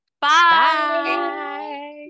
Bye